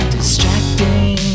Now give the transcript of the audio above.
Distracting